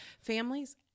families